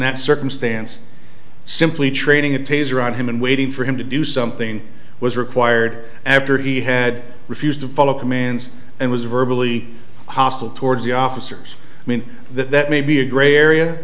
that circumstance simply training a taser on him and waiting for him to do something was required after he had refused to follow commands and was virtually hostile towards the officers i mean that that may be a gray area